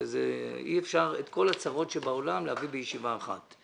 אי אפשר את כל הצרות שבעולם להביא בישיבה אחת כי